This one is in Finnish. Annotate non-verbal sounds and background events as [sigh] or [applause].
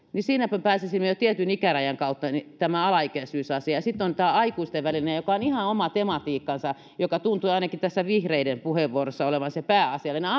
siinäpä pääsisimme jo tietyn ikärajan kautta tähän alaikäisyysasiaan sitten on tämä aikuisten välinen joka on ihan oma tematiikkansa joka tuntui ainakin tässä vihreiden puheenvuorossa olevan se pääasiallinen [unintelligible]